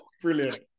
Brilliant